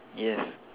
yes